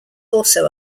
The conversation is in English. also